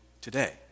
today